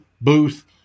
Booth